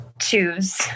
choose